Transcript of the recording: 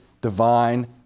divine